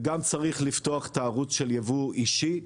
וגם צריך לפתוח את הערוץ של ייבוא אישי,